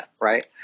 right